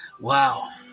wow